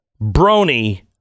Brony